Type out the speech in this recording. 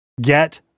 Get